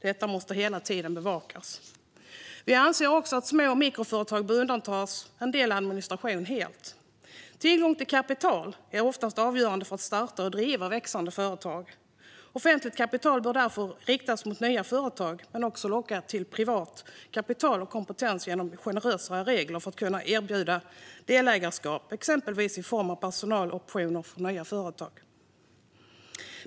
Detta måste hela tiden bevakas. Vi anser också att små och mikroföretag bör undantas helt från en del administration. Tillgång till kapital är oftast avgörande för att starta och driva växande företag. Offentligt kapital bör därför riktas mot nya företag, men också privat kapital och kompetens bör lockas genom generösare regler för att kunna erbjuda delägarskap, exempelvis i form av personaloptioner för nya företag.